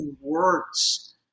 words